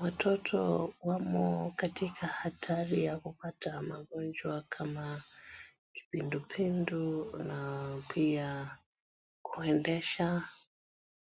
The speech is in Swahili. Watoto wamo katika hatari ya kupata magonjwa kama kipindu pindu na pia kuendesha